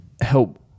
help